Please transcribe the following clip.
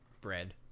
bread